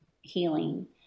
healing